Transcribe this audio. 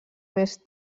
més